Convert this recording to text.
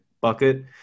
bucket